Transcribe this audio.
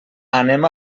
anem